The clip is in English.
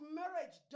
marriage